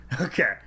Okay